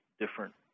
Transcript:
different